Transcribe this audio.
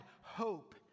hope